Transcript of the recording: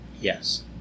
yes